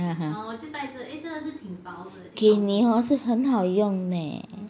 (uh huh) 给你是很好用 eh